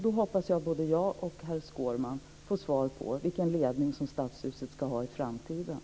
Då hoppas jag att både jag och herr Skårman får svar på vilken ledning Stadshuset ska ha i framtiden.